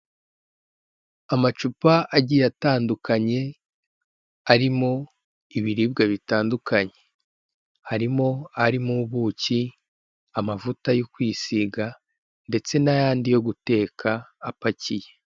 Amacupa agiye atandukanye arimo ibiribwa bitandukanye, harimo arimo ubuki, amavuta yo kwisiga ndetse n'ayandi yo guteka apakiye.